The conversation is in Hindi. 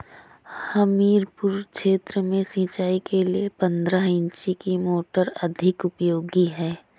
हमीरपुर क्षेत्र में सिंचाई के लिए पंद्रह इंची की मोटर अधिक उपयोगी है?